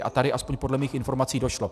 A tady, aspoň podle mých informací, došlo.